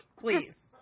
please